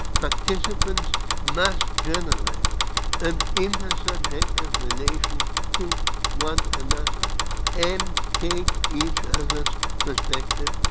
participants must generate an inter subjective relation to one another and take each other's perspective.